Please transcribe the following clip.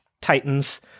titans